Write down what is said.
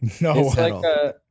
No